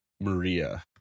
Maria